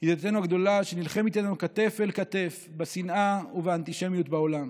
ידידתנו הגדולה שנלחמת איתנו כתף אל כתף בשנאה ובאנטישמיות בעולם.